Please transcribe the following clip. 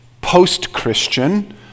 post-Christian